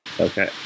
Okay